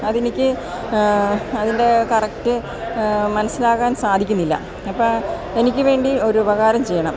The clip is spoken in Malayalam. അതെനിക്ക് അതിൻറ്റേ കറക്റ്റ് മനസ്സിലാക്കാൻ സാധിക്കുന്നില്ല അപ്പാ എനിക്ക് വേണ്ടി ഒരുപകാരം ചെയ്യണം